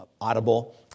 audible